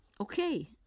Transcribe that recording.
okay